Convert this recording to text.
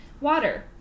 Water